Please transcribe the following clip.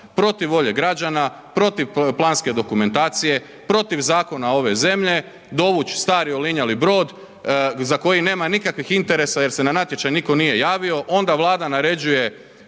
protiv volje građana, protiv planske dokumentacije, protiv zakona ove zemlje dovući stari olinjali brod za koji nema nikakvih interesa jer se na natječaj nitko nije javio onda Vlada naređuje